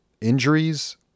injuries